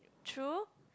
true